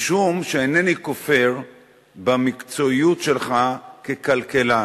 משום שאינני כופר במקצועיות שלך ככלכלן,